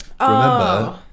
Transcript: remember